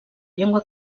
llengua